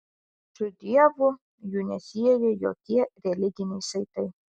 su dievu jų nesieja jokie religiniai saitai